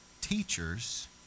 teachers